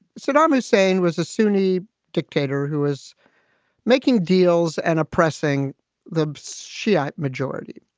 saddam hussein was a sunni dictator who is making deals and oppressing the shiite majority.